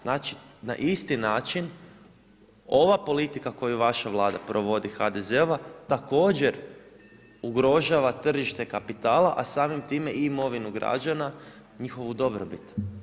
Znači na isti način ova politika koju vaša Vlada provodi, HDZ-ova također ugrožava tržište kapitala, a samim time i imovinu građana, njihovu dobrobit.